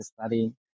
study